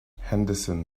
henderson